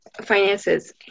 finances